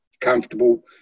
comfortable